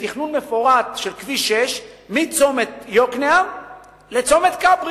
לתכנון מפורט של כביש 6 מצומת יוקנעם לצומת כברי,